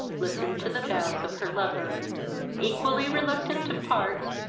listened to the vows of her lover equally reluctant to part,